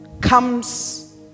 comes